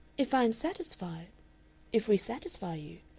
if i am satisfied if we satisfy you?